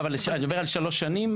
אתה מדבר על שלוש שנים?